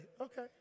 Okay